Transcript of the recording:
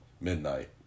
midnight